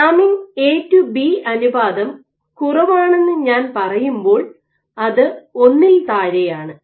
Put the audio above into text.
lamin A to B അനുപാതം കുറവാണെന്ന് ഞാൻ പറയുമ്പോൾ അത് 1 ൽ താഴെയാണ്